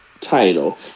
title